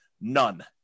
None